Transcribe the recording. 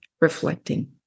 reflecting